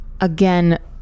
again